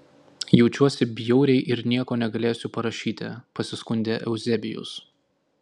jaučiuosi bjauriai ir nieko negalėsiu parašyti pasiskundė euzebijus